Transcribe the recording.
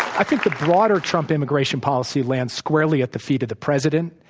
i think the broader trump immigration policy lands squarely at the feet of the president.